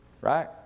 Right